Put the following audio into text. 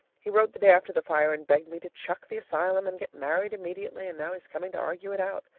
he wrote the day after the fire and begged me to chuck the asylum and get married immediately, and now he's coming to argue it out.